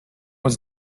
was